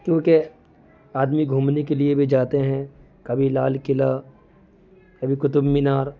کیونکہ آدمی گھومنے کے لیے بھی جاتے ہیں کبھی لال قلعہ کبھی قطب مینار